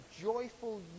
joyful